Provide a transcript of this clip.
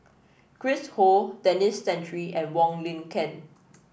Chris Ho Denis Santry and Wong Lin Ken